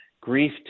grief